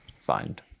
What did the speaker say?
find